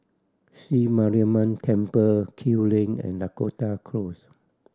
Sri Mariamman Temple Kew Lane and Dakota Close